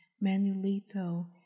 Manuelito